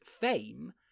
fame